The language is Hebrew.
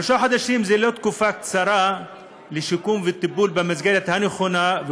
שלושה חודשים הם לא תקופה קצרה לשיקום וטיפול במסגרת הנכונה,